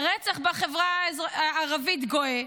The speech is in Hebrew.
הרצח בחברה הערבית גואה,